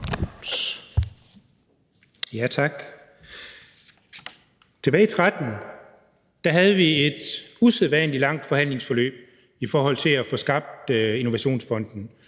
Tak. Tilbage i 2013 havde vi et usædvanlig langt forhandlingsforløb i forhold til at få skabt Innovationsfonden.